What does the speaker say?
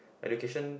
education